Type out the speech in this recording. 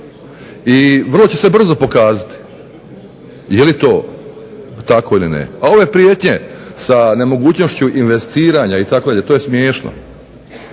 I vrlo će se brzo pokazati je li to tako ili ne. A ove prijetnje sa nemogućnošću investiranja, to je smiješno,